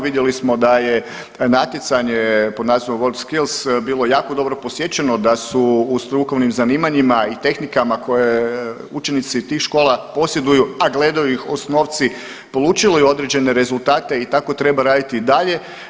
Vidjeli smo da je natjecanje pod nazivom Worldskills bilo jako dobro posjećeno, da su u strukovnim zanimanjima i tehnikama koje učenici tih škola posjeduju, a gledaju ih osnovci polučili određene rezultate i tako treba raditi i dalje.